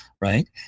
right